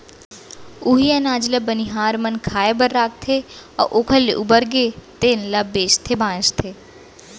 उहीं अनाज ल बनिहार मन खाए बर राखथे अउ ओखर ले उबरगे तेन ल बेचथे भांजथे